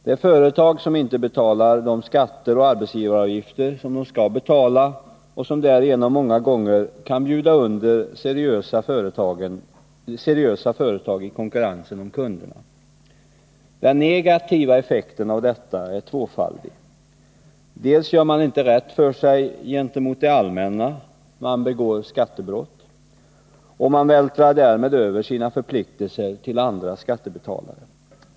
Det är företag som inte betalar de skatter och arbetsgivaravgifter som företagen skall betala och som därigenom många gånger kan bjuda under seriösa företag i konkurrensen om kunderna. Den negativa effekten av detta är tvåfaldig. Dels gör företagen inte rätt för sig gentemot det allmänna — företagen begår skattebrott. De vältrar därmed över sina förpliktelser på andra skattebetalare.